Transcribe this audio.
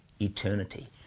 eternity